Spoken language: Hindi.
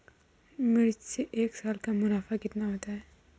मिर्च से एक साल का मुनाफा कितना होता है?